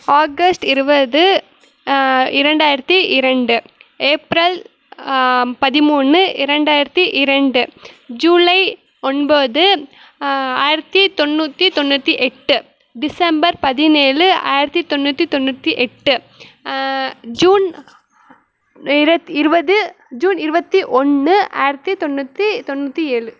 August இருபது இரண்டாயிரத்தி இரண்டு ஏப்ரல் பதிமூணு இரண்டாயிரத்தி இரண்டு ஜூலை ஒன்பது ஆயிரத்தி தொண்ணூற்றி தொண்ணூற்றி எட்டு டிசம்பர் பதினேழு ஆயிரத்தி தொண்ணூத்தி தொண்ணூத்தி எட்டு ஜூன் இருபத்தி இருபது ஜூன் இருபத்தி ஒன்று ஆயிரத்தி தொண்ணூற்றி தொண்ணூற்றி ஏழு